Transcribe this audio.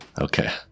Okay